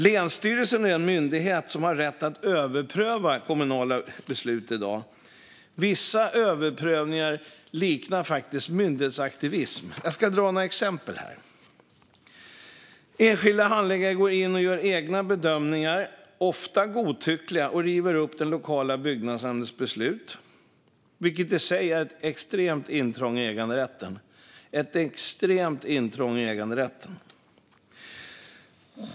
Länsstyrelsen är den myndighet som har rätt att överpröva kommunala beslut i dag. Vissa överprövningar liknar faktiskt myndighetsaktivism. Enskilda handläggare går in och göra egna bedömningar, ofta godtyckliga, och river upp den lokala byggnadsnämndens beslut. Det är i sig är ett extremt intrång i äganderätten.